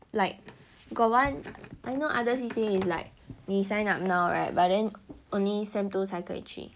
like got one I know others C_C_A say is like 你 sign up now [right] but then only semester two 才可以去